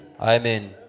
Amen